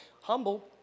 Humble